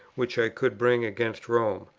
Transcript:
which i could bring against rome.